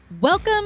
Welcome